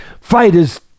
fighters